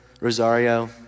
Rosario